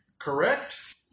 correct